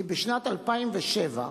כי בשנת 2007,